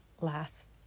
last